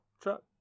truck